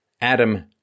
Adam